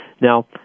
Now